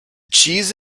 cheese